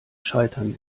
scheitern